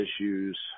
issues